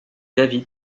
david